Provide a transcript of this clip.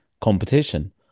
competition